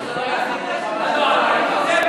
רק שזה לא יזיק לך,